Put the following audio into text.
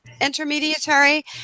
intermediary